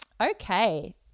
Okay